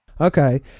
Okay